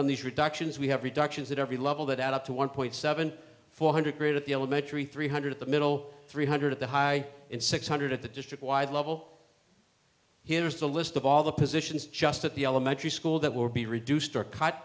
on these reductions we have reductions at every level that add up to one point seven four hundred at the elementary three hundred at the middle three hundred at the high in six hundred at the district wide level here is a list of all the positions just at the elementary school that will be reduced or cut